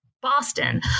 Boston